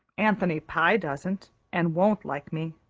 anthony pye doesn't and won't like me.